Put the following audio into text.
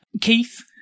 Keith